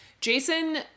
Jason